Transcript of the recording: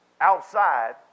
outside